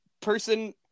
person